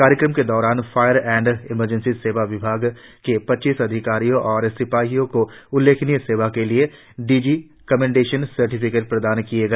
कार्यक्रम के दौरान फायर एण्ड इमरजेंसी सेवा विभाग के पच्चीस अधिकारियों और सिपाहियों को उल्लेखनीय सेवा के लिए डीजी कमेंडेशन सर्टिफिकेट प्रदान किया गया